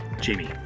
Jamie